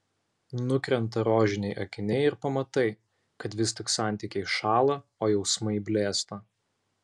nukrenta rožiniai akiniai ir pamatai kad vis tik santykiai šąla o jausmai blėsta